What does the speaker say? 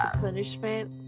punishment